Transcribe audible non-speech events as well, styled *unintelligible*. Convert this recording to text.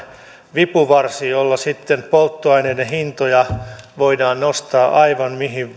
vipuvarsi jolla sitten polttoaineiden hintoja voidaan nostaa aivan mihin *unintelligible*